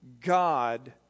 God